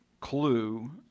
clue